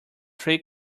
three